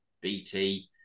bt